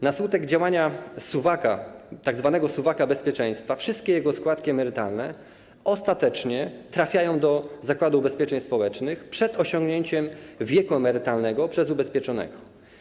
Na skutek działania tzw. suwaka bezpieczeństwa wszystkie jego składki emerytalne ostatecznie trafiają do Zakładu Ubezpieczeń Społecznych przed osiągnięciem wieku emerytalnego przez ubezpieczonego.